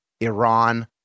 Iran